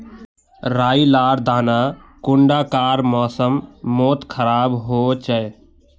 राई लार दाना कुंडा कार मौसम मोत खराब होचए?